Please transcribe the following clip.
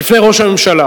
לפני ראש הממשלה,